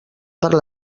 per